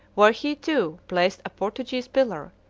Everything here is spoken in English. where he, too, placed a portuguese pillar,